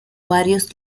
varios